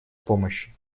помощи